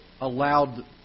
allowed